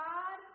God